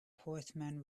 horseman